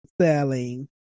selling